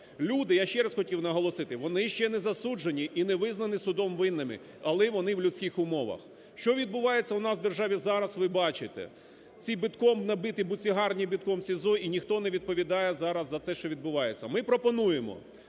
Люди, я ще раз хотів наголосити, вони ще не засуджені і не визнані судом винними, але вони в людських умовах. Що відбувається у нас в державі зараз, ви бачите. Ці битком набиті буцегарні, битком СІЗО, і ніхто не відповідає зараз за те, що відбувається. Ми пропонуємо